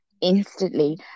instantly